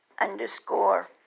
underscore